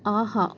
ஆஹா